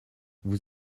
vous